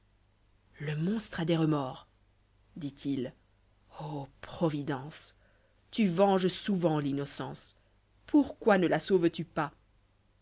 le monstre a des remords dit ii ô providence tu venges souvent l'uinocence pourquoi ne la sauves tu pas